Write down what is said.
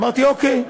אמרתי: אוקיי,